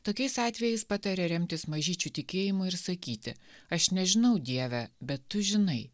tokiais atvejais pataria remtis mažyčiu tikėjimu ir sakyti aš nežinau dieve bet tu žinai